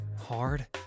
Hard